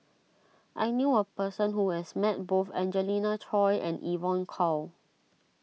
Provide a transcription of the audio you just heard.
I knew a person who has met both Angelina Choy and Evon Kow